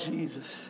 Jesus